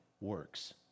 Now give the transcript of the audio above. works